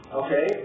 okay